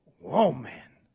Woman